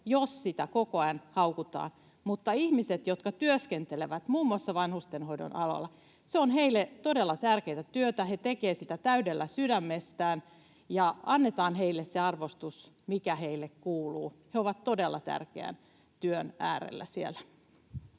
jos sitä koko ajan haukutaan. Mutta ihmisille, jotka työskentelevät muun muassa vanhustenhoidon alalla, se on todella tärkeätä työtä. He tekevät sitä täydestä sydämestään. Annetaan heille se arvostus, mikä heille kuuluu. He ovat todella tärkeän työn äärellä siellä.